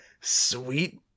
Sweet